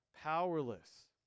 powerless